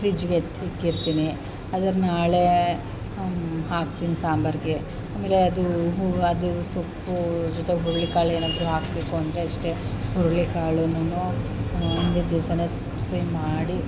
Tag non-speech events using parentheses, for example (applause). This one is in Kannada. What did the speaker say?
ಫ್ರಿಡ್ಜ್ಗೆ ಎತ್ತಿಟ್ಟಿರ್ತೀನಿ ಅದರ ನಾಳೇ ಹಾಕ್ತೀನಿ ಸಾಂಬಾರ್ಗೆ ಆಮೇಲೆ ಅದೂ ಹೂ ಅದು ಸೊಪ್ಪು ಜೊತೆ ಹುರುಳಿಕಾಳು ಏನಾದರೂ ಹಾಕಬೇಕು ಅಂದರೆ ಅಷ್ಟೇ ಹುರುಳಿಕಾಳನ್ನೂ ಹಿಂದಿನ ದಿವಸನೆ (unintelligible) ಮಾಡಿ